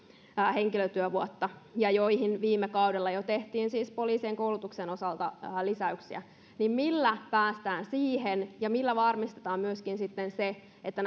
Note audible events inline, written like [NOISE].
henkilötyövuotta joihin viime kaudella jo tehtiin siis poliisien koulutuksen osalta lisäyksiä millä päästään siihen ja millä varmistetaan myöskin sitten se että [UNINTELLIGIBLE]